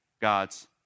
God's